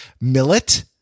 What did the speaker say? millet